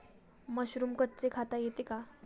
Mushroom कच्चे खाता येते का?